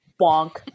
Bonk